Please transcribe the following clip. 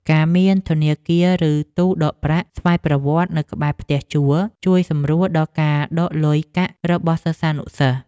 ការមានធនាគារឬទូដកប្រាក់ស្វ័យប្រវត្តនៅក្បែរផ្ទះជួលជួយសម្រួលដល់ការដកលុយកាក់របស់សិស្សានុសិស្ស។